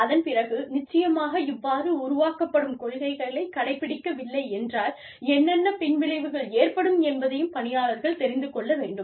அதன் பிறகு நிச்சயமாக இவ்வாறு உருவாக்கப்படும் கொள்கைகளைக் கடைப்பிடிக்க வில்லை என்றால் என்னென்ன பின்விளைவுகள் ஏற்படும் என்பதையும் பணியாளர்கள் தெரிந்து கொள்ள வேண்டும்